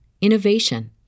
innovation